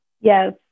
Yes